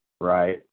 Right